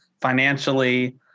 financially